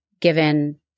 given